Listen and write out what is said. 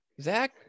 zach